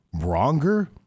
Bronger